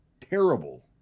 terrible